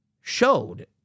showed